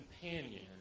companion